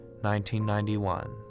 1991